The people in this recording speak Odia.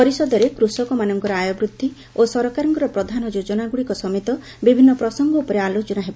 ପରିଷଦରେ କୃଷକମାନଙ୍କର ଆୟବୃଦ୍ଧି ଓ ସରକାରଙ୍କର ପ୍ରଧାନ ଯୋକନାଗୁଡ଼ିକ ସମେତ ବିଭିନ୍ନ ପ୍ରସଙ୍ଗ ଉପରେ ଆଲୋଚନା ହେବ